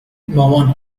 مامان